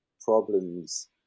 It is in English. problems